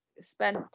spent